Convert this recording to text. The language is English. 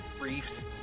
Reefs